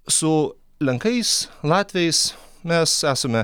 su lenkais latviais mes esame